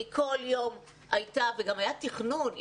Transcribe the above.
גם היה תכנון.